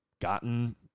gotten